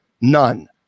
None